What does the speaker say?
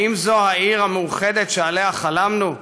האם זו העיר המאוחדת שעליה חלמנו?